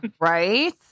Right